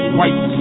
white